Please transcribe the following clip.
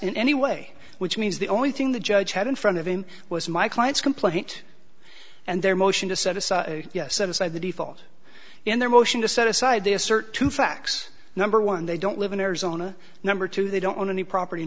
in any way which means the only thing the judge had in front of him was my client's complaint and their motion to set aside yes set aside the default in their motion to set aside they assert two facts number one they don't live in arizona number two they don't want any property in